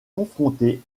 confrontée